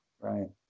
Right